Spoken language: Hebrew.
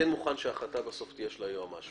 שההחלטה בסוף תהיה של היועמ"ש,